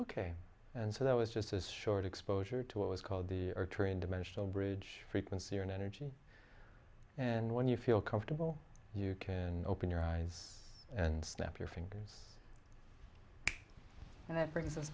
ok and so that was just a short exposure to what was called the or train dimensional bridge frequency and energy and when you feel comfortable you can open your eyes and snap your fingers and that brings us